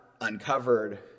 uncovered